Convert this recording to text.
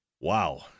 Wow